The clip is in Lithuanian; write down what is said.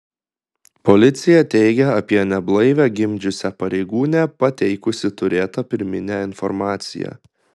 policija teigia apie neblaivią gimdžiusią pareigūnę pateikusi turėtą pirminę informaciją